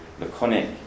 laconic